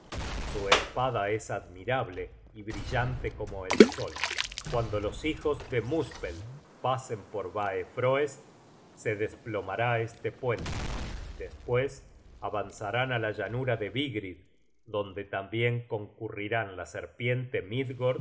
su espada es admirable y brillan te como el sol cuando los hijos de muspel pasen por baefroest se desplomará este puente despues avanzarán á la llanura de vigrid donde tambien concurrirán la serpiente